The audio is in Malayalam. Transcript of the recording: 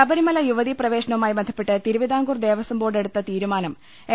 ശബരിമല യുവതീ പ്രവേശനവുമായി ബന്ധപ്പെട്ട് തിരുവിതാംകൂർ ദേവസ്വം ബോർഡ് എടുത്ത തീരുമാനം എൽ